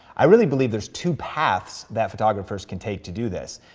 i really believe there's two paths that photographers can take to do this,